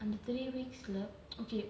and the three weeks le~ okay